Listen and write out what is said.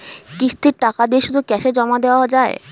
কিস্তির টাকা দিয়ে শুধু ক্যাসে জমা দেওয়া যায়?